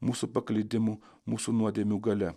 mūsų paklydimu mūsų nuodėmių galia